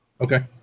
Okay